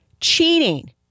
cheating